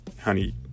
Honey